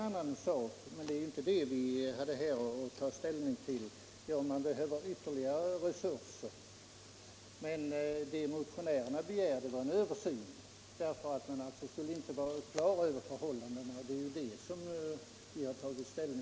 Sedan är det en annan sak, om verket behöver ytterligare resurser, men det är ju inte detta vi här har att ta ställning till.